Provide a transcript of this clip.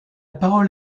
parole